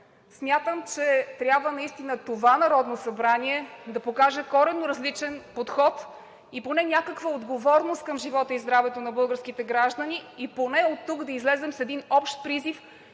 Смятам, че това Народно събрание наистина трябва да покаже коренно различен подход и поне някаква отговорност към живота и здравето на българските граждани – поне оттук да излезем с един общ призив,